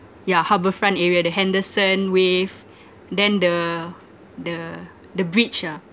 yeah harbourfront area the henderson wave then the the the bridge ah